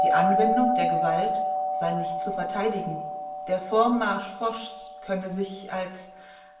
die anwendung der gewalt sei nicht zu verteidigen der vormarsch fochs könne sich als